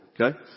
okay